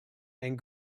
and